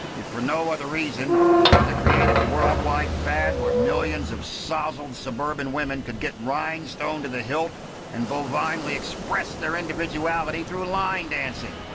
if for no other reason, because it created a worldwide fad where millions of sozzled suburban women could get rhinestoned to the hilt and bovinely express their individuality through line dancing.